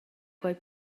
quei